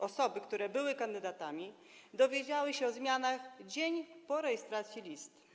Osoby, które były kandydatami, dowiedziały się o zmianach dzień po rejestracji list.